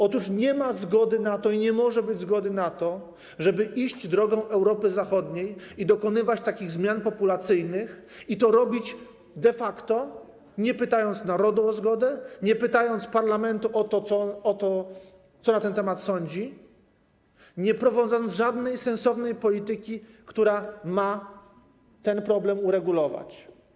Otóż nie ma i nie może być zgody na to, żeby iść drogą Europy Zachodniej i dokonywać takich zmian populacyjnych, i robić to de facto, nie pytając narodu o zgodę, nie pytając parlamentu o to, co na ten temat sądzi, nie prowadząc żadnej sensownej polityki, która ma ten problem uregulować.